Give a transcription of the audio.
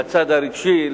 לצד הרגשי,